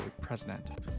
president